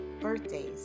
birthdays